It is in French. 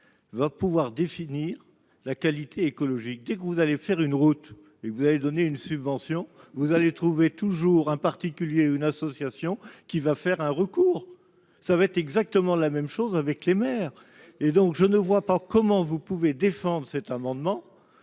va pouvoir définir la qualité écologique dès que vous allez faire une route et vous avez donné une subvention, vous allez trouver toujours un particulier, une association qui va faire un recours, ça va être exactement la même chose avec les maires, et donc je ne vois pas comment vous pouvez défendre cet amendement,